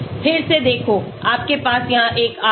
फिर से देखोआपके पास यहाँ एक R है